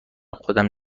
خودم